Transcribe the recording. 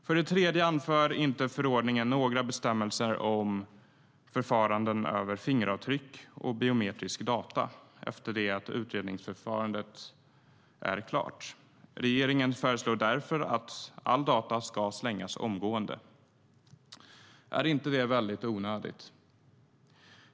För det tredje anför inte förordningen några bestämmelser om förfaranden för fingeravtryck och biometrisk data efter det att utredningsförfarandet är klart. Regeringen föreslår därför att alla data ska slängas omgående. Är inte det väldigt onödigt?